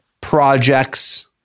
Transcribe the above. projects